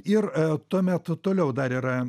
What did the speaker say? ir tuomet toliau dar yra